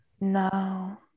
No